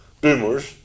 boomers